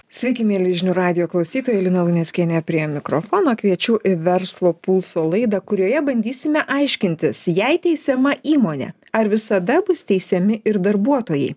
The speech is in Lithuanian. sveiki mieli žinių radijo klausytojai lina luneckienė prie mikrofono kviečiu į verslo pulso laidą kurioje bandysime aiškintis jei teisiama įmonė ar visada bus teisiami ir darbuotojai